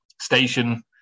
station